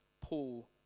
Paul